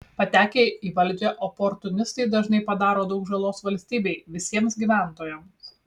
patekę į valdžią oportunistai dažnai padaro daug žalos valstybei visiems gyventojams